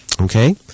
Okay